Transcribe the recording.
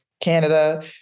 Canada